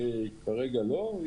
כרגע לא.